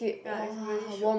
ya is really shiok